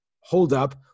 holdup